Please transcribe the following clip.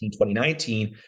2019